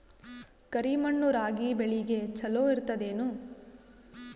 ಕರಿ ಮಣ್ಣು ರಾಗಿ ಬೇಳಿಗ ಚಲೋ ಇರ್ತದ ಏನು?